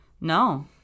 no